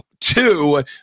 two